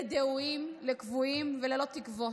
לדהויים, לכבויים וללא תקוות.